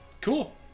Cool